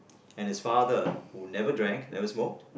and his father who never drank never smoked